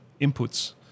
inputs